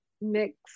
mix